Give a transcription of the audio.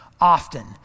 often